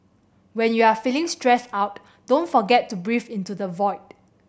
when you are feeling stressed out don't forget to breathe into the void